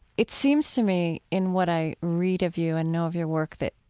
it seems to me, in what i read of you and know of your work, that,